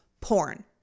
porn